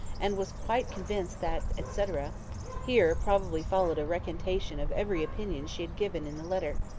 and was quite convinced that, etc here probably followed a recantation of every opinion she had given in the letter.